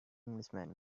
englishman